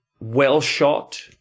well-shot